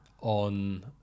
on